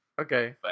Okay